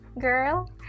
Girl